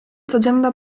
codzienna